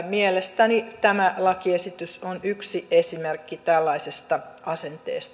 mielestäni tämä lakiesitys on yksi esimerkki tällaisesta asenteesta